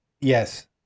yes